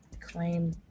claim